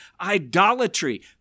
idolatry